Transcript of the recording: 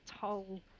toll